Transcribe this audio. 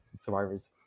survivors